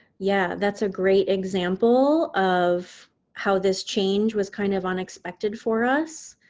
yeah that's a great example of how this change was kind of unexpected for us.